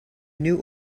new